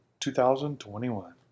2021